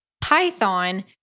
python